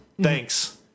thanks